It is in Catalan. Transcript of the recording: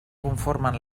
conformen